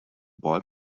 boy